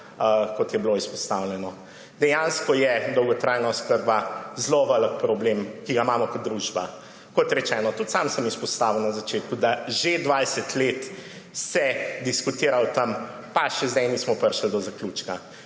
kot je bilo izpostavljeno. Dejansko je dolgotrajna oskrba zelo velik problem, ki ga imamo kot družba. Kot rečeno, tudi sam sem izpostavil na začetku, da se že 20 let diskutira o tem, pa še zdaj nismo prišli do zaključka.